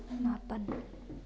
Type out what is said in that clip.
ꯃꯥꯄꯜ